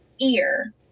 ear